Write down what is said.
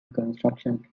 construction